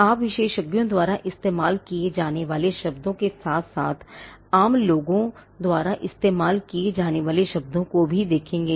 आप विशेषज्ञों द्वारा इस्तेमाल किए जाने वाले शब्दों के साथ साथ आम लोगों द्वारा इस्तेमाल किए जाने वाले शब्दों को भी देखेंगे